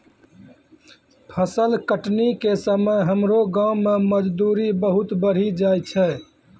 फसल कटनी के समय हमरो गांव मॅ मजदूरी बहुत बढ़ी जाय छै